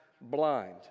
blind